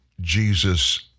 Jesus